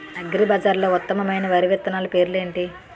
అగ్రిబజార్లో ఉత్తమమైన వరి విత్తనాలు పేర్లు ఏంటి?